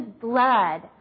blood